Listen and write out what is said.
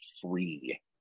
free